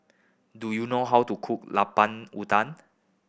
do you know how to cook Lemper Udang